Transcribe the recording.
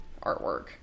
artwork